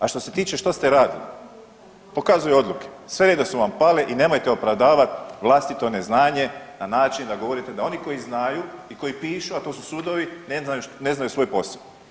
A što se tiče što ste radili pokazuju odluke, sve jedne su vam pale i nemojte opravdavat vlastito neznanje na način da govorite da oni koji znaju i koji pišu, a to su sudovi, ne znaju svoj posao.